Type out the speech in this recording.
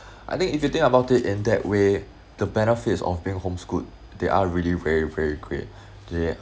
I think if you think about it in that way the benefits of being home schooled they are really very very great